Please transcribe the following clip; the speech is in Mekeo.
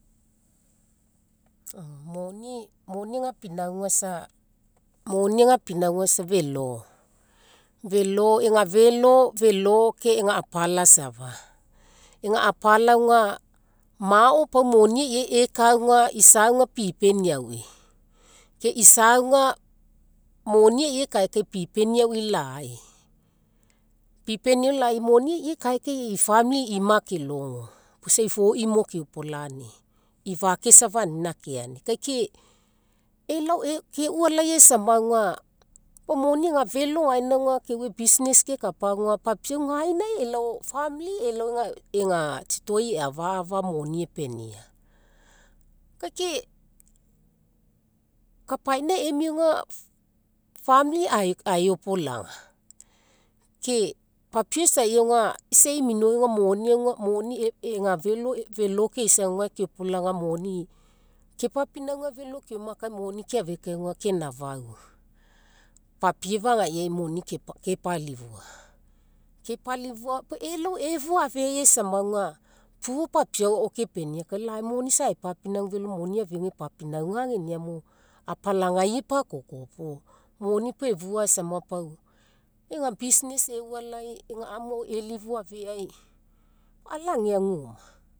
moni isa ega pinauga isa, moni ega pinauga isa felo. Felo felo ega felo ke ega apala safa, ega apala auga, mao ei'ai moni eka auga, isa auga pipenii aui ke isa auga, moni ei'ai eka kai pipenii aui lai pipenii aui lai. Moni ei'ai eka kai famili i'ma akelogo puo isa ifoi mo keopolanii ifake safa anina akeani kai ke elao keualai ai aisama auga pau moni ega felo auga keue business kekapa auga, papiau gaina elao, famili elao ega tsitoai eafafa moni epenia. Kai ke kapaina emia auga famili aeopolaga, ke papiau isai auga isa e'i minoi auga moni ega felo felo keisa gae keopolaga moni oni kepaponauga felo keoma kai moni keafiakaia auga ke nafau, papie fagaiiai moni kepalifua, kepalifua pau elao efua afegai sama, puo papiau ao kepenia kai lai moni isa aepinauga felo moni eafia epapinaugageniamo apalagai epakokopuo, moni pau efua sama ega business eualai ega amu maoai elifu afeai ala ageagu oma